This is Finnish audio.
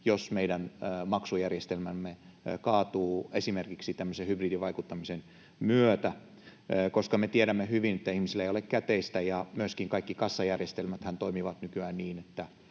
jos meidän maksujärjestelmämme kaatuu esimerkiksi tämmöisen hybridivaikuttamisen myötä. Me tiedämme hyvin, että ihmisillä ei ole käteistä ja myöskin kaikki kassajärjestelmäthän toimivat nykyään niin, että